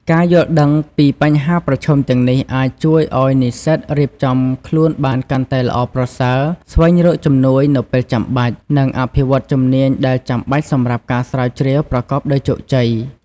ការយល់ដឹងពីបញ្ហាប្រឈមទាំងនេះអាចជួយឱ្យនិស្សិតរៀបចំខ្លួនបានកាន់តែល្អប្រសើរ ស្វែងរកជំនួយនៅពេលចាំបាច់ និងអភិវឌ្ឍជំនាញដែលចាំបាច់សម្រាប់ការស្រាវជ្រាវប្រកបដោយជោគជ័យ។